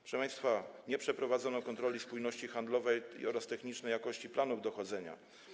Proszę państwa, nie przeprowadzono kontroli spójności handlowej oraz technicznej jakości planów dochodzenia.